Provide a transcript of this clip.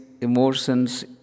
emotions